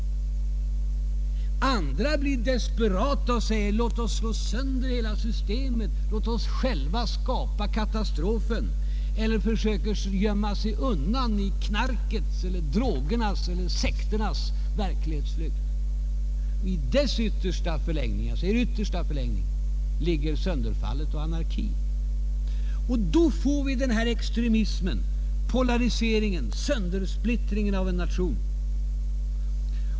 Andra blir desperata och säger: Låt oss slå sönder hela systemet, låt oss själva skapa katastrofen. Andra åter försöker gömma sig undan i knarkets, drogernas eller sekternas verklighetsflykt. I dess yttersta förlängning ligger sönderfallet och anarkin. Då får vi extremismen, polariseringen, söndersplittringen av en nation.